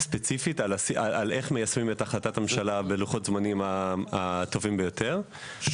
עבדנו ספציפית איך מיישמים את החלטת הממשלה בלוחות הזמנים הטובים ביותר.